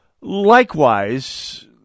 Likewise